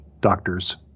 Doctors